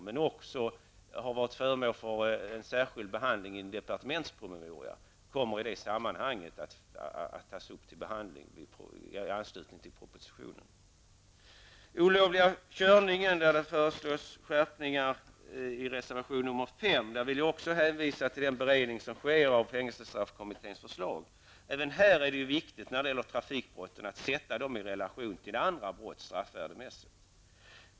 Den frågan är även föremål för särskild behandling i en departementspromemoria. Frågan kommer därför att tas upp i anslutning till behandlingen av propositionen. Beträffande reservation 5, i vilken föreslås en straffskärpning för olovlig körning, vill jag hänvisa till den beredning som sker av fängelsestraffkommitténs förslag. Det är viktigt att straffvärdemässigt sätta också trafikbrotten i relation till andra brott.